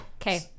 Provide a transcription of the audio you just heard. Okay